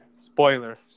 spoiler